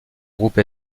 groupe